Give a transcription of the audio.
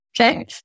Okay